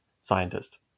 scientist